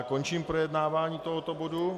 Končím projednávání tohoto bodu.